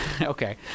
okay